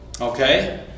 Okay